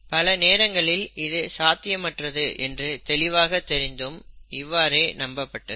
பல நேரங்களில் இது சாத்தியமற்றது என்று தெளிவாக தெரிந்தும் இவ்வாறே நம்பப்பட்டது